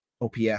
OPS